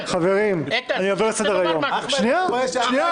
אני רוצה לומר משהו.